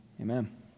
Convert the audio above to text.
Amen